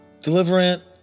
Deliverant